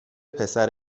پسر